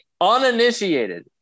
uninitiated